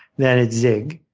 then it's zig.